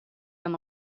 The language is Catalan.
amb